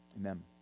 Amen